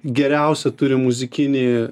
geriausią turi muzikinį